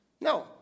No